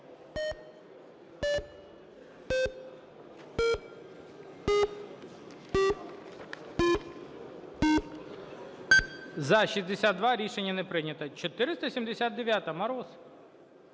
За-62 Рішення не прийнято. 479-а, Мороз.